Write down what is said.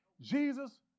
Jesus